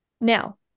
Now